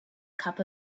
cup